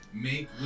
Make